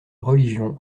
religion